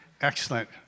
excellent